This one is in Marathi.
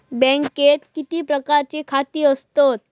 बँकेत किती प्रकारची खाती असतत?